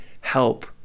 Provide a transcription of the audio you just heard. help